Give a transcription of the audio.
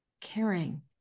caring